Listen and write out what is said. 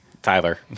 Tyler